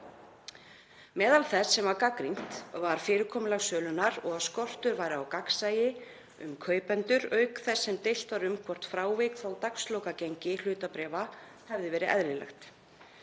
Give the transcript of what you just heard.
Meðal þess sem var gagnrýnt var fyrirkomulag sölunnar og að skortur væri á gagnsæi um kaupendur auk þess sem deilt var um hvort frávik frá dagslokagengi hlutabréfa hefði verið eðlilegt.